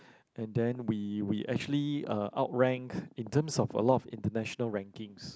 and then we we actually uh outrank in terms of a lot of international rankings